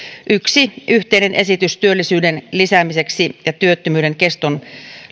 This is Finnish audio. yksi yhteinen esitys työllisyyden lisäämiseksi ja työttömyyden keston